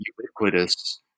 ubiquitous